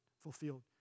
fulfilled